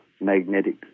magnetic